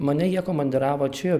mane jie komandiravo čia